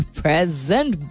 present